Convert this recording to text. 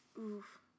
Oof